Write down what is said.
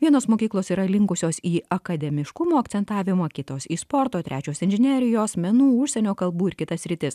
vienos mokyklos yra linkusios į akademiškumo akcentavimą kitos į sporto trečios inžinerijos menų užsienio kalbų ir kitas sritis